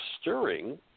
stirring